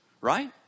right